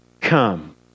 Come